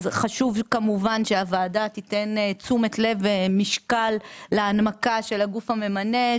אז חשוב כמובן שהוועדה תיתן תשומת לב ומשקל להנמקה של הגוף הממנה,